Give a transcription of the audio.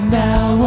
now